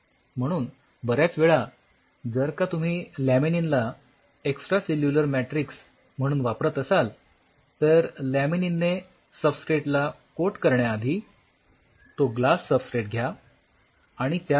म्हणून बऱ्याच वेळा जर का तुम्ही लॅमिनीन ला एक्सट्रासेल्युलर मॅट्रिक्स म्ह्णून वापरत असाल तर लॅमिनीनने सबस्ट्रेट ला कोट करण्याआधी तो ग्लास सबस्ट्रेट घ्या आणि त्याला